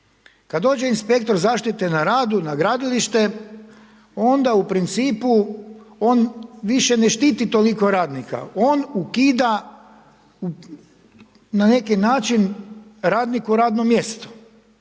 Kada dođe inspektor zaštite na radu na gradilište, onda u principu on više ne štiti toliko radnika, on ukida, na neki način, radniku radno mjesto.